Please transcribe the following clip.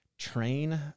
train